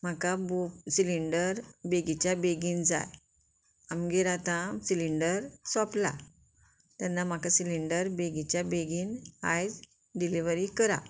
म्हाका बो सिलिंडर बेगीच्या बेगीन जाय आमगेर आतां सिलींडर सोंपला तेन्ना म्हाका सिलींडर बेगीच्या बेगीन आयज डिलिवरी करा